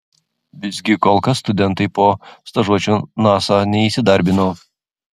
visgi kol kas studentai po stažuočių nasa neįsidarbino